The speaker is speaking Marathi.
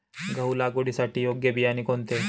गहू लागवडीसाठी योग्य बियाणे कोणते?